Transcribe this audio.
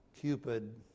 Cupid